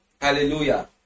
Hallelujah